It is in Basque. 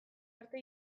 arte